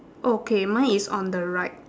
okay mine is on the right